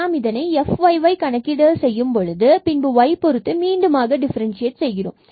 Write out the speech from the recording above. நாம் இதை fyy கணக்கில் செய்யும்பொழுது பின்பு y பொருத்து மீண்டுமாக டிஃபரண்சியேட் செய்கிறோம்